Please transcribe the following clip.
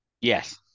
Yes